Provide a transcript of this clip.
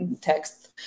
text